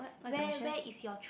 where where is your true